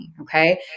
Okay